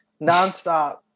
nonstop